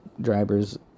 drivers